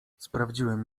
sprawdziłem